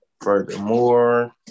Furthermore